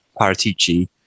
Paratici